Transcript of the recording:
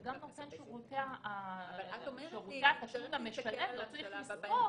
וגם נותן שירותי התשלום למשלם לא צריך לספוג.